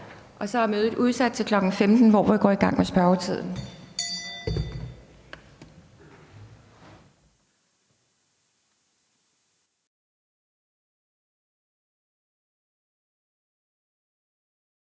Så er mødet udsat til kl. 15.00, hvor vi går i gang med spørgetiden.